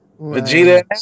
Vegeta